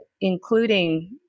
including